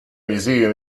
museum